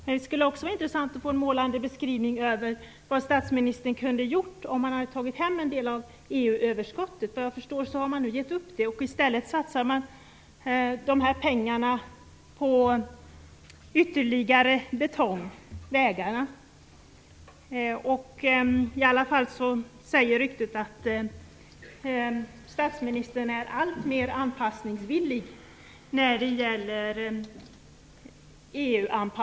Det skulle också vara intressant att få en målande beskrivning av vad statsministern kunde ha gjort om han tagit hem en del av EU-överskottet. Vad jag förstår har man nu gett upp detta, och satsar i stället dessa pengar på ytterligare betong, dvs. vägarna. I alla fall säger ryktet att statsministern är alltmer anpassningsvillig till EU.